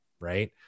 right